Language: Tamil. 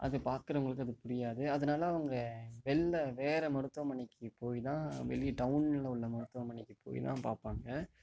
அதை பாக்குறவங்களுக்கு அது புரியாது அதனால அவங்க வெளில வேற மருத்துவமனைக்கு போய் தான் வெளியில் டவுனில் உள்ள மருத்துமனைக்கு போய் தான் பார்ப்பாங்க